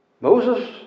Moses